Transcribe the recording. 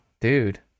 dude